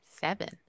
Seven